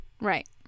Right